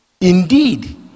Indeed